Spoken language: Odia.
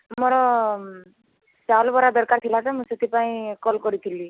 ମୋର ଚାଉଲ୍ ବରା ଦରକାର ଥିଲା ତ ମୁଁ ସେଥିପାଇଁ କଲ୍ କରିଥିଲି